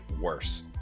worse